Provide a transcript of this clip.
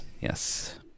Yes